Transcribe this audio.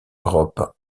europe